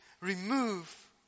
remove